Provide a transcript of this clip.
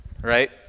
Right